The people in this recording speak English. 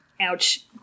Ouch